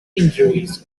injuries